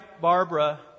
Barbara